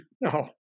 no